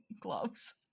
gloves